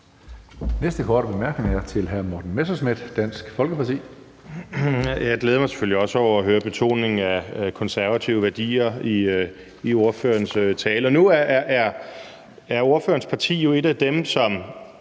Næste korte bemærkning er til hr. Morten Messerschmidt, Dansk Folkeparti. Kl. 19:34 Morten Messerschmidt (DF): Jeg glæder mig selvfølgelig også over at høre betoningen af konservative værdier i ordførerens tale. Nu er ordførerens parti jo et af dem, som